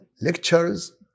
lectures